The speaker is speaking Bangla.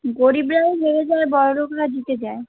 গরিবরাও হেরে যায় বড়লোকরা জিতে যায়